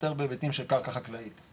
יותר בהיבטים של קרקע חקלאית.